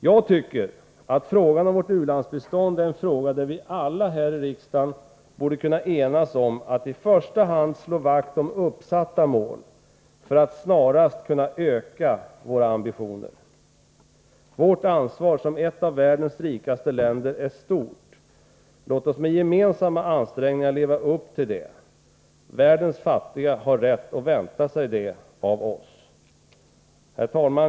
Jag tycker att frågan om vårt u-landsbistånd är en fråga där vi alla här i riksdagen borde kunna enas om att i första hand slå vakt om uppsatta mål för att snarast kunna öka våra ambitioner. Vårt ansvar som ett av världens rikaste länder är stort. Låt oss med gemensamma ansträngningar leva upp till det! Världens fattiga har rätt att vänta sig det av oss. Herr talman!